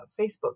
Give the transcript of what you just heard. Facebook